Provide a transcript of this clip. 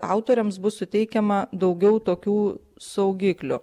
autoriams bus suteikiama daugiau tokių saugiklių